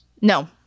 No